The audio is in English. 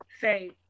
say